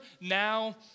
now